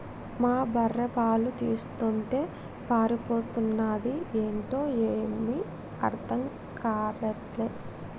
మా బర్రె పాలు తీస్తుంటే పారిపోతన్నాది ఏంటో ఏమీ అర్థం గాటల్లే